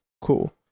cool